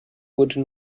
wurde